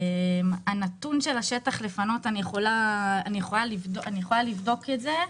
הנתון של השטח לפינוי אני יכולה לבדוק את זה.